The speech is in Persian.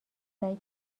سعی